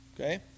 Okay